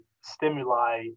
stimuli